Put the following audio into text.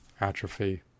atrophy